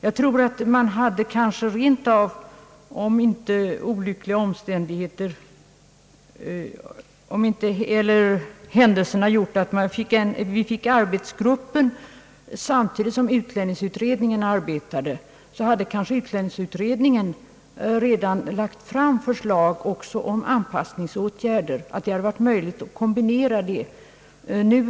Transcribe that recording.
Om inte händelserna hade fogat det så att vi fick arbetsgruppen samtidigt som utlänningsutredningen arbetade, så hade utlänningsutredningen kanske redan lagt fram förslag också om anpassningsåtgärder; det hade varit möjligt att kombinera samtliga åtgärder.